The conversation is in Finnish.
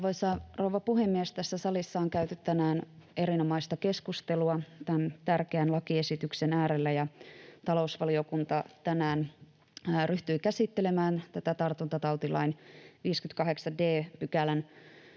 rouva puhemies! Tässä salissa on käyty tänään erinomaista keskustelua tämän tärkeän lakiesityksen äärellä, ja talousvaliokunta tänään ryhtyi käsittelemään tätä tartuntatautilain 58 d §:n